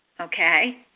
okay